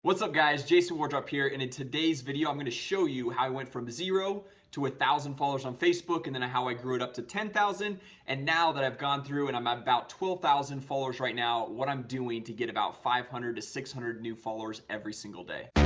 what's up guys jason worktop here and in today's video i'm gonna show you how i went from zero to one thousand followers on facebook and then how i grew it up to ten thousand followers and now that i've gone through and i'm about twelve thousand followers right now what? i'm doing to get about five hundred to six hundred new followers every single day